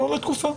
לא לתקופה.